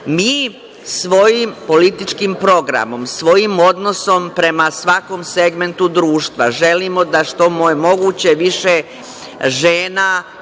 svojim političkim programom, svojim odnosom prema svakom segmentu društva želimo da što je moguće više žena,